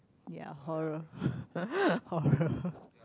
ya horror horror